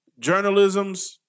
journalisms